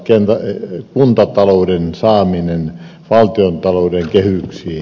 seuraavaksi kuntatalouden saaminen valtiontalouden kehyksiin